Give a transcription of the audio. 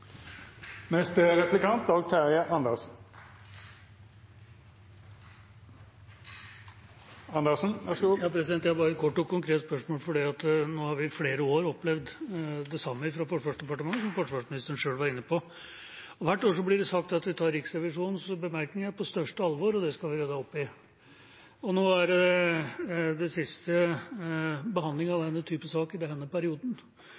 Jeg har et kort og konkret spørsmål. Nå har vi i flere år opplevd det samme fra Forsvarsdepartementet, som forsvarsministeren sjøl var inne på. Hvert år blir det sagt at man tar Riksrevisjonens bemerkninger på største alvor, og det skal man alltid gjøre. Nå er det den siste behandlingen av denne typen saker i denne perioden.